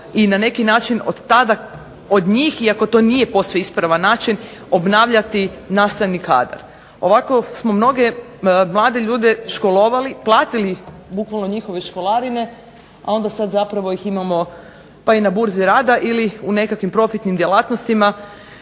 i na neki način od tada od njih, iako to nije posve ispravan način, obnavljati nastavni kadar. Ovako smo mnoge mlade ljude školovali, platili upola njihova školarine, a onda ih sada imamo na burzi rada ili u nekakvim profitnim djelatnostima,